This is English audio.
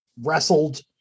wrestled